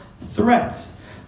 threats